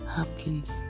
Hopkins